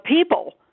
people